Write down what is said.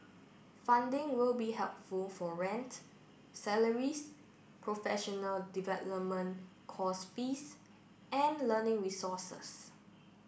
funding will be helpful for rent salaries professional development course fees and learning resources